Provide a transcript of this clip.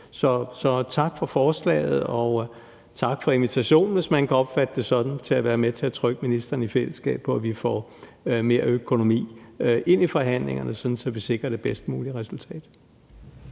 Så tak for forslaget, og tak for invitationen, hvis man kan opfatte det sådan, til at være med til at presse ministeren i fællesskab, i forhold til at vi får mere økonomi ind i forhandlingerne, sådan at vi sikrer det bedst mulige resultat.